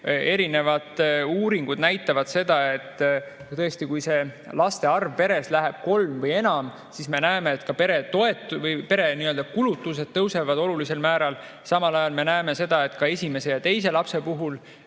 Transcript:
erinevad uuringud näitavad seda, et tõesti, kui laste arv peres on kolm või enam, siis pere kulutused tõusevad olulisel määral. Samal ajal me näeme seda, et esimese ja teise lapse puhul